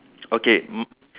okay um